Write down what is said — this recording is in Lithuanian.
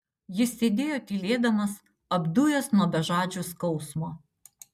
jis sėdėjo tylėdamas apdujęs nuo bežadžio skausmo